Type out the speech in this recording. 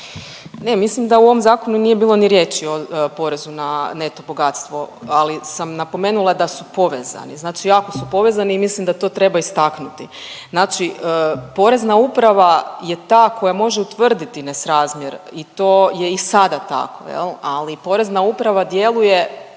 Ne, mislim da u ovom zakonu nije bilo ni riječi o porezu na neto bogatstvo, ali sam napomenula da su povezani. Znači jako su povezani i mislim da to treba istaknuti. Znači Porezna uprava je ta koja može utvrditi nesrazmjer i to je i sada tako, ali Porezna uprava djeluje